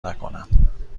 نکنم